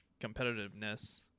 competitiveness